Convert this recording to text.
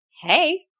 Hey